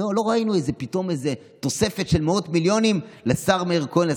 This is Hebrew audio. לא ראינו פתאום תוספת של מאות מיליונים לשר מאיר כהן,